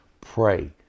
Pray